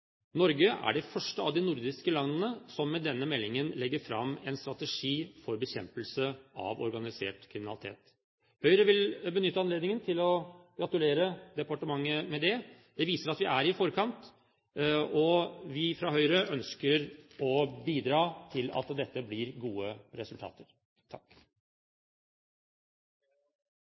Norge er først av de nordiske landene til å legge fram en strategi for bekjempelse av organisert kriminalitet. Høyre vil benytte anledningen til å gratulere departementet med det. Det viser at vi er i forkant, og vi fra Høyre ønsker å bidra til at det blir gode resultater.